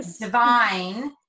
divine